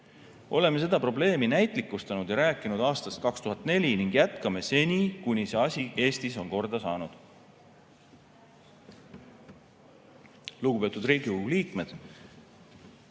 Oleme probleemi näitlikustanud ja rääkinud aastast 2004 ning jätkame seni, kuni see asi Eestis on korda saanud. Lugupeetud Riigikogu liikmed!